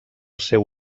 seu